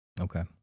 Okay